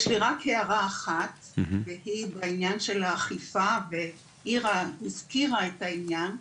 יש לי רק הערה אחת והיא בעניין של האכיפה ואירה הזכירה את העניין,